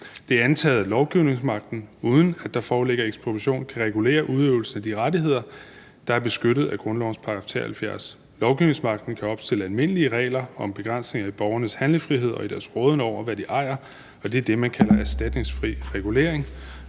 Det er antaget, at lovgivningsmagten, uden at der foreligger ekspropriation, kan regulere udøvelsen af de rettigheder, der er beskyttet af grundlovens § 73. Lovgivningsmagten kan opstille almindelige regler om en begrænsning af borgernes handlefrihed og i deres råden over, hvad de ejer, og det er det, man kalder erstatningsfri regulering.